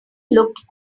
looked